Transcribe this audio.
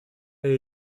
elle